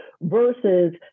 versus